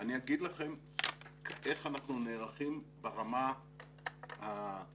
אני אגיד איך אנחנו נערכים ברמה הכללית,